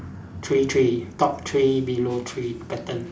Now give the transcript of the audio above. three three top three below three pattern